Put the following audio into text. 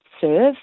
serve